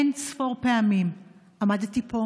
אין-ספור פעמים עמדתי פה